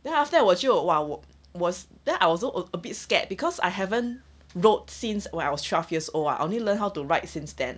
then after that 我就 !wah! was then I also a bit scared because I haven't rode since when I was twelve years or I only learn how to ride since then